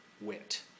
wit